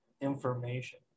information